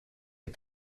les